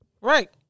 Right